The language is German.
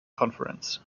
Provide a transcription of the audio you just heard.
conference